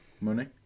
money